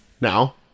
Now